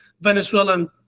Venezuelan